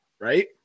right